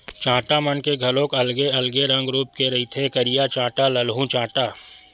चाटा मन के घलोक अलगे अलगे रंग रुप के रहिथे करिया चाटा, ललहूँ चाटा